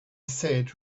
said